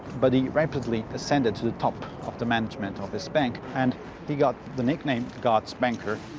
but he rapidly ascended to the top of the management of this bank, and he got the nickname god's banker.